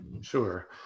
Sure